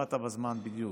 באת בזמן בדיוק.